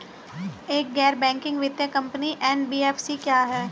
एक गैर बैंकिंग वित्तीय कंपनी एन.बी.एफ.सी क्या है?